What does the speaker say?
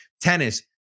tennis